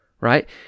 right